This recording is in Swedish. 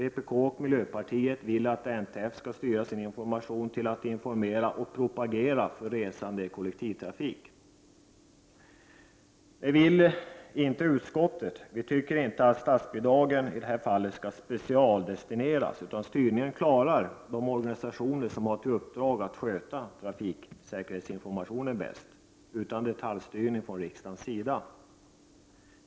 Vpk och miljöpartiet vill att NTF skall styra sin information till att informera och propagera för resande i kollektivtrafik. Det vill inte utskottet. Vi tycker inte att statsbidragen skall specialdestineras, Styrningen klaras av de organisationer som har till uppdrag att sköta trafiksäkerhetsinformationen bäst utan detaljstyrning från riksdagens sida.